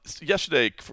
Yesterday